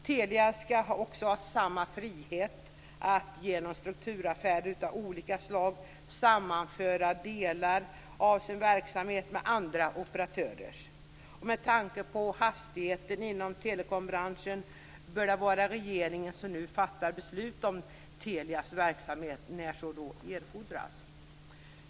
Telia skall också ha samma frihet att genom strukturaffärer av olika slag sammanföra delar av sin verksamhet med andra operatörers. Med tanke på hastigheten inom telekombranschen bör det vara regeringen som nu fattar beslut om Telias verksamhet när så erfordras.